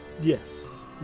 yes